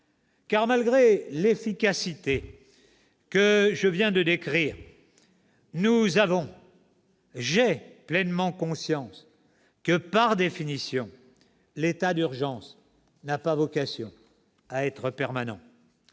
malgré l'efficacité que je viens de décrire, nous avons, j'ai pleinement conscience que, par définition, l'état d'urgence n'a pas vocation à être permanent.